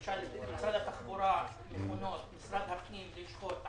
למשל, משרד התחבורה, מכונות, משרד הפנים, לשכות.